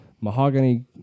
Mahogany